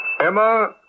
Emma